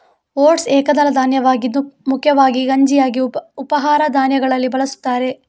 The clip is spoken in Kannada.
ಓಟ್ಸ್ ಏಕದಳ ಧಾನ್ಯವಾಗಿದ್ದು ಮುಖ್ಯವಾಗಿ ಗಂಜಿಯಾಗಿ ಉಪಹಾರ ಧಾನ್ಯಗಳಲ್ಲಿ ಬಳಸುತ್ತಾರೆ